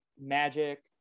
magic